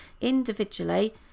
individually